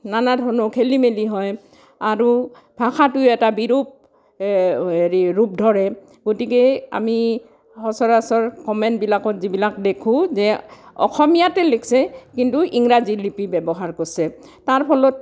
নানা ধৰণৰ খেলিমেলি হয় আৰু ভাষটোই এটা বিৰোপ এই হেৰি ৰূপ ধৰে গতিকে আমি সচৰাচৰ কমেণবিলাকত যিবিলাক দেখোঁ যে অসমীয়াতে লিখছে কিন্তু ইংৰাজী লিপি ব্যৱহাৰ কৰছে তাৰ ফলত